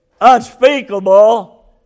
unspeakable